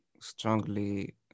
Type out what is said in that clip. strongly